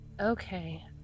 Okay